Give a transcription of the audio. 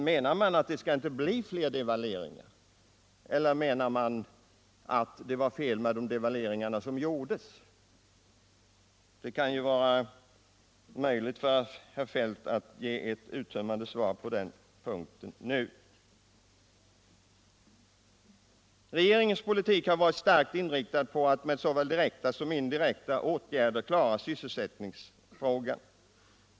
Menar han att det inte bör bli fler devalveringar eller menar han att det var fel att göra de devalveringar som har gjorts? — Herr Feldt har ju möjlighet att återkomma och ge ett uttömmande svar på den frågan. Regeringens politik har varit starkt inriktad på att med såväl direkta som indirekta åtgärder klara sysselsättningsfrågan.